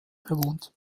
bewohnt